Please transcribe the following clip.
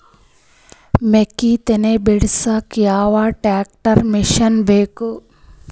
ಮೆಕ್ಕಿ ತನಿ ಬಿಡಸಕ್ ಯಾವ ಟ್ರ್ಯಾಕ್ಟರ್ ಮಶಿನ ಬೇಕು?